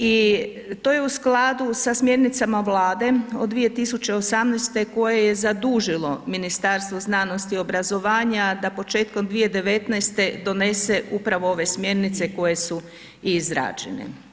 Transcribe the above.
I to je u skladu sa smjernicama Vlade od 2018. koje je zadužilo Ministarstvo znanosti i obrazovanja da početkom 2019. donese upravo ove smjernice koje su i izrađene.